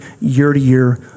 year-to-year